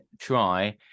try